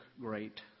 great